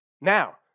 Now